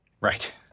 Right